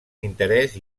interès